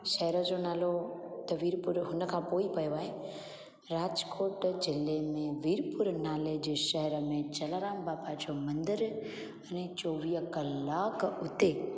शहर जो नालो त वीरपुर हुन खां पोइ ही पियो आहे राजकोट ज़िले में वीरपुर नाले जे शहर में जलाराम बापा जो मंदरु माने चोवीह कलाक हुते